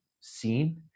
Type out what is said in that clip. seen